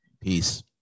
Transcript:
peace